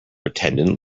attendant